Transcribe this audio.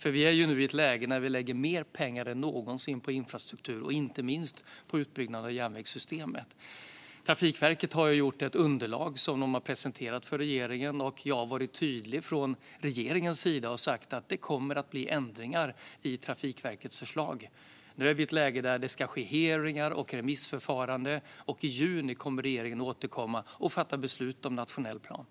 Nu är vi i ett läge där vi lägger mer pengar är någonsin på infrastruktur, inte minst på utbyggnad av järnvägssystemet. Trafikverket har gjort och presenterat ett underlag för regeringen. Jag har varit tydlig med att det från regeringens sida kommer att bli ändringar i Trafikverkets förslag. Nu är vi i ett läge där det ska ske hearingar och remissförfarande. I juni kommer regeringen att återkomma och fatta beslut om den nationella planen.